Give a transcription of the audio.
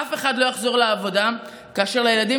אף אחד לא יחזור לעבודה כאשר לילדים